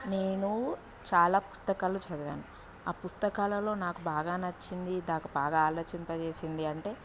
నేను చాలా పుస్తకాలు చదివాను ఆ పుస్తకాలలో నాకు బాగా నచ్చింది దాక్ బాగా ఆలోచింపజేసింది అంటే